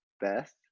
Beth